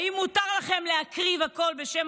האם מותר לכם להקריב הכול בשם